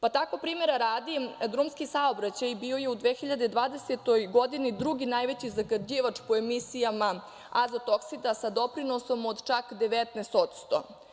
Pa, tako, primera radi, drumski saobraćaj bio je u 2020. godini drugi najveći zagađivač po emisijama azot-oksida sa doprinosom od čak 19%